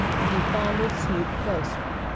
and he fondled snoop closer.